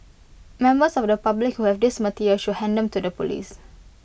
members of the public who have these materials should hand them to the Police